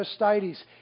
Aristides